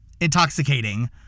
Intoxicating